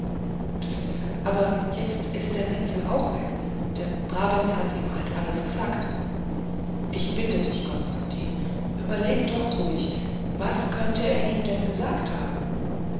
aber jetzt is der wenzel auch weg der brabetz hat ihm halt alles g'sagt ich bitte dich konstantin überleg doch ruhig was könnte er ihm denn gesagt haben